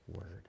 word